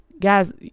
guys